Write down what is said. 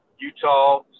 Utah